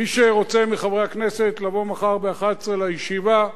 מי מחברי הכנסת שרוצה לבוא מחר ב 11:00 לישיבה,